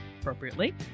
appropriately